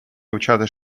вивчати